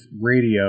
radio